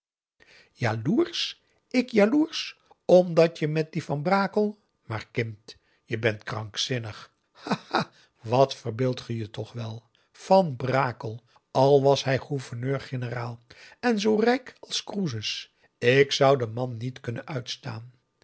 ik jaloersch omdat je met dien van brakel maar kind je bent krankzinnig ha ha wat verbeeldt ge je toch wel van brakel al was hij gouverneur-generaal en zoo rijk als croesus ik zou den man niet kunnen uitstaan